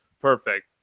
perfect